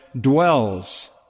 dwells